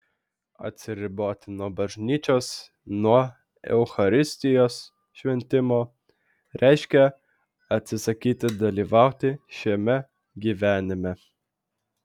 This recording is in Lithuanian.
atsiriboti nuo bažnyčios nuo eucharistijos šventimo reiškia atsisakyti dalyvauti šiame gyvenime